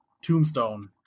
tombstone